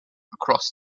across